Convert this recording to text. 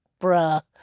bruh